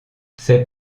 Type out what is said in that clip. c’est